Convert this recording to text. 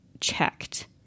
checked